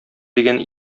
дигән